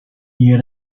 year